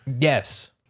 yes